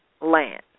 land